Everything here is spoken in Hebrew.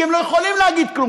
כי הם לא יכולים להגיד כלום,